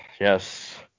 Yes